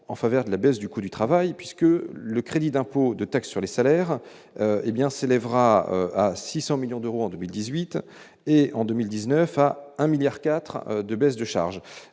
en faveur de la baisse du coût du travail, puisque le crédit d'impôts, de taxes sur les salaires, hé bien s'élèvera à 600 millions d'euros en 2018 et en 2019 à 1 milliard 4 de baisses de charges